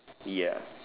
ya